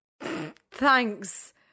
Thanks